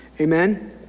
Amen